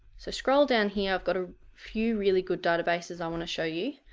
so scroll down here, i've got a few really good databases i want to show you.